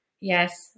Yes